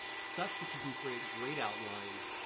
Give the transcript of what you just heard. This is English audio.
such that you can create great outlines,